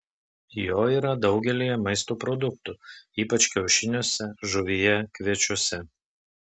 jo yra daugelyje maisto produktų ypač kiaušiniuose žuvyje kviečiuose